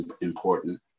important